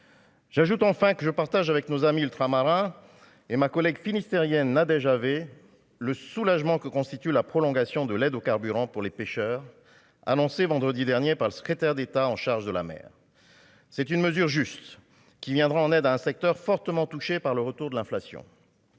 J'ajoute enfin que je partage avec nos amis ultramarins et ma collègue finistérienne Nadège avait le soulagement que constitue la prolongation de l'aide aux carburants pour les pêcheurs, annoncé vendredi dernier par le secrétaire d'État en charge de la mer, c'est une mesure juste qui viendra en aide à un secteur fortement touché par le retour de l'inflation,